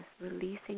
releasing